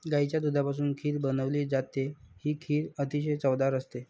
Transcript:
गाईच्या दुधापासून खीर बनवली जाते, ही खीर अतिशय चवदार असते